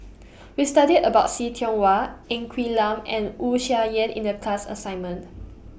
We studied about See Tiong Wah Ng Quee Lam and Wu Tsai Yen in The class assignment